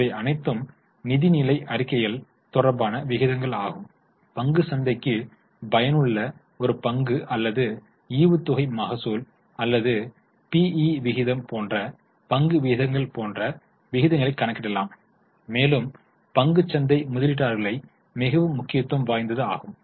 இவை அனைத்தும் நிதிநிலை அறிக்கைகள் தொடர்பான விகிதங்கள் ஆகும் பங்குச் சந்தைக்கு பயனுள்ள ஒரு பங்கு அல்லது ஈவுத்தொகை மகசூல் அல்லது PE விகிதம் போன்ற பங்கு விகிதங்கள் போன்ற விகிதங்களை கணக்கிடலாம் மேலும் பங்குச் சந்தை முதலீட்டாளர்களுக்கு மிகவும் முக்கியத்துவம் வாய்ந்தது ஆகும்